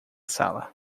sala